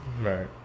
Right